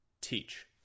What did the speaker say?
teach